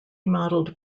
modeled